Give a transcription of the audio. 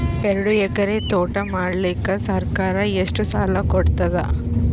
ಎರಡು ಎಕರಿ ತೋಟ ಮಾಡಲಿಕ್ಕ ಸರ್ಕಾರ ಎಷ್ಟ ಸಾಲ ಕೊಡತದ?